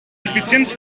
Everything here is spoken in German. effizienz